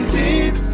deep